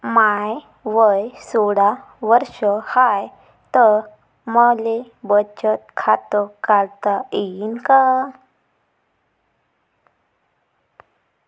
माय वय सोळा वर्ष हाय त मले बचत खात काढता येईन का?